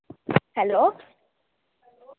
hello